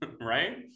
right